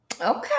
Okay